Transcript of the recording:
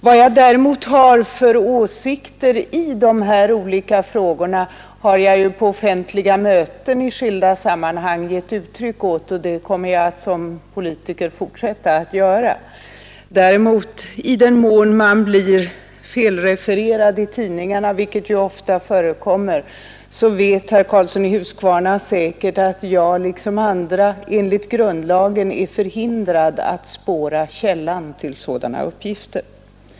Vad jag däremot har för åsikter i dessa frågor har jag givit uttryck för på offentliga möten i skilda sammanhang, och det kommer jag att fortsätta att göra. I den mån jag blir felrefererad i tidningarna — vilket ofta förekommer — är jag liksom andra enligt grundlagen förhindrad att försöka spåra källan till uppgifterna.